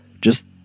just-